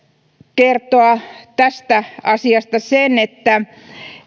kertoa tästä asiasta sen että